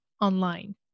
online